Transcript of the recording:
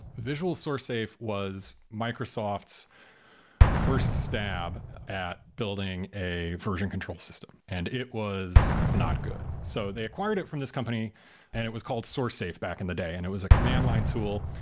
visual sourcesafe was microsoft's first stab at building a version control system. and it was not good. so they acquired it from this company and it was called sourcesafe back in the day, and it was a command-line tool.